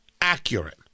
accurate